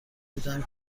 بودم